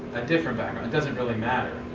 a different background. it doesn't really matter.